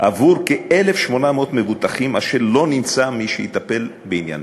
עבור כ-1,800 מבוטחים אשר לא נמצא מי שיטפל בענייניהם.